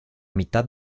mitad